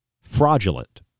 fraudulent